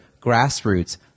grassroots